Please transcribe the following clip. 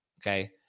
Okay